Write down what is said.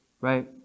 Right